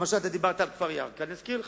למשל, אתה דיברת על כפר ירכא, אני אזכיר לך.